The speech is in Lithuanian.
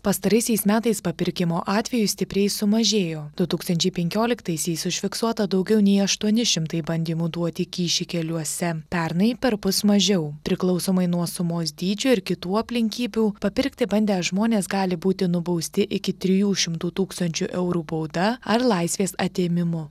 pastaraisiais metais papirkimo atvejų stipriai sumažėjo du tūkstančiai penkioliktaisiais užfiksuota daugiau nei aštuoni šimtai bandymų duoti kyšį keliuose pernai perpus mažiau priklausomai nuo sumos dydžio ir kitų aplinkybių papirkti bandę žmonės gali būti nubausti iki trijų šimtų tūkstančių eurų bauda ar laisvės atėmimu